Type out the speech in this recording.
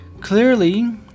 Clearly